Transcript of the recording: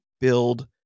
build